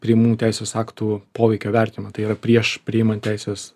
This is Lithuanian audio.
priimamų teisės aktų poveikio vertinimą tai yra prieš priimant teisės